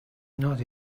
not